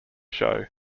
show